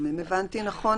אם הבנתי נכון,